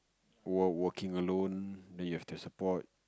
work working alone then you have to support